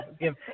give